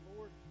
Lord